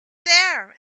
there